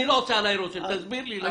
זה לא עושה עלי רושם, תסביר לי למה.